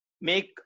make